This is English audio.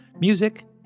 music